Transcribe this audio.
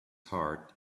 heart